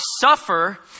suffer